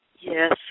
Yes